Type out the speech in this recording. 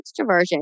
extroversion